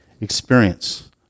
experience